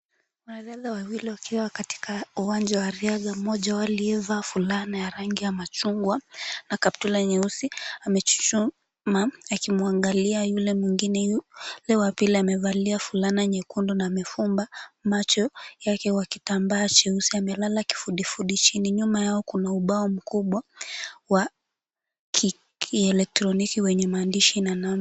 Wazelo wawili wakiwa katika uwanja wa michezo. Mmoja wao aliyevaa vulana ya rangi ya machungwa na kaptura nyeusi, amechuchuma akimwangalia yule mwingine, yule wa pili amevalia vulana nyekundu na amefunga macho yake kwa kitambaa jeusi. Amelala kifudifudi chini. Nyuma yao kuna ubao mkubwa wa ki, kieloktroniki wenye maandishi manono.